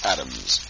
Adams